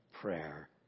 prayer